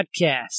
Podcast